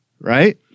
right